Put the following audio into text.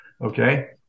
okay